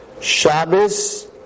Shabbos